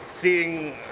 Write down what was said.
seeing